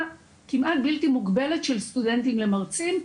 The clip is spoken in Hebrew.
כמעט בלתי מוגבלת של סטודנטים למרצים.